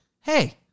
hey